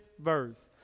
verse